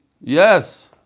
Yes